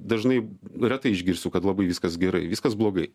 dažnai retai išgirsiu kad labai viskas gerai viskas blogai